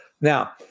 Now